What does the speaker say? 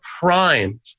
primed